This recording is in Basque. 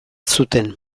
zuten